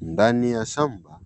Ndani ya shamba,